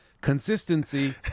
Consistency